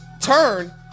turn